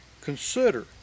Consider